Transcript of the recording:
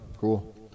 Cool